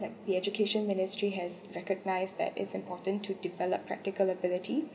that the education ministry has recognised that it's important to develop practical ability